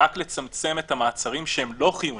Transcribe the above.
רק לצמצם את המעצרים שהם לא חיוניים,